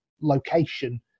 location